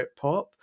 Britpop